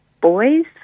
boys